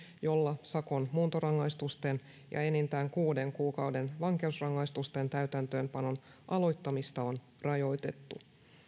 jolla sakon muuntorangaistusten ja enintään kuuden kuukauden vankeusrangaistusten täytäntöönpanon aloittamista on rajoitettu